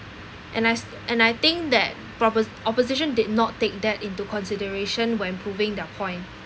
and I s~ and I think that propo~ opposition did not take that into consideration when proving their point